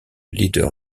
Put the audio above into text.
lieder